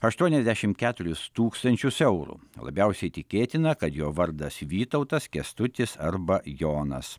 aštuoniasdešimt keturis tūkstančius eurų labiausiai tikėtina kad jo vardas vytautas kęstutis arba jonas